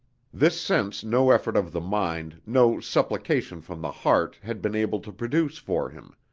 this sense no effort of the mind, no supplication from the heart had been able to produce for him